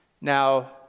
Now